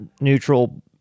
neutral